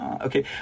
Okay